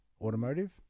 automotive